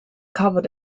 covered